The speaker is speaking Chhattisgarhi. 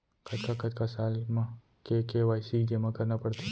कतका कतका साल म के के.वाई.सी जेमा करना पड़थे?